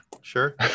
sure